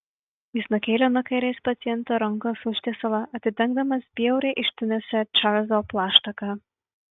jis nukėlė nuo kairės paciento rankos užtiesalą atidengdamas bjauriai ištinusią čarlzo plaštaką